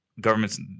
governments –